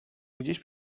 gdzieś